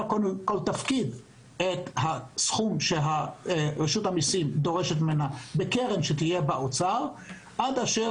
תפקיד את הסכום שרשות המיסים דורשת ממנה בקרן שתהיה באוצר עד אשר